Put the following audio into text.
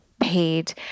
paid